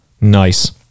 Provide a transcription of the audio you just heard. Nice